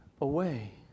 away